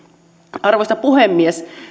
arvoisa puhemies